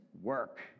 work